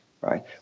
right